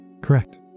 Correct